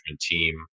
team